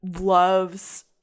loves